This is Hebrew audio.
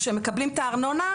כשמקבלים את הארנונה,